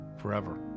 forever